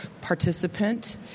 participant